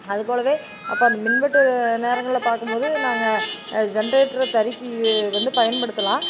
அது போலவே அப்போ அந்த மின் வெட்டு நேரங்கலில் பார்க்கும் போது நாங்கள் ஜெண்ட்ரைட்ரை தறிக்கு வந்து பயன்படுத்தலாம்